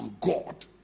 God